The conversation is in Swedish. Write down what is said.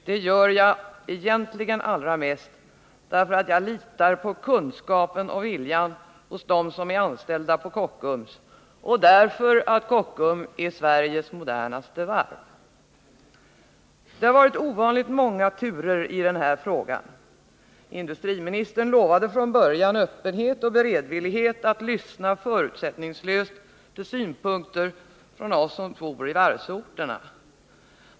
Det gör jag egentligen allra mest därför att jag litar på kunskapen och viljan hos de anställda på Kockums och därför att Kockums är Sveriges modernaste varv. Det har varit ovanligt många turer i den här frågan. Industriministern lovade från början öppenhet och beredvillighet att lyssna förutsättningslöst till synpunkter från oss som bor i varvsorterna.